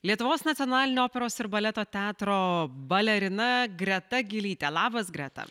lietuvos nacionalinio operos ir baleto teatro balerina greta gylytė labas greta